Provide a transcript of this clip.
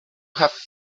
have